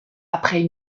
après